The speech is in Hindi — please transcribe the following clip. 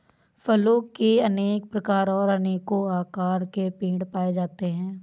फलों के अनेक प्रकार और अनेको आकार के पेड़ पाए जाते है